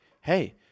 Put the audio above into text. hey